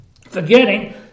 forgetting